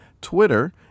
Twitter